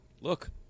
look